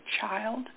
child